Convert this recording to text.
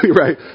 right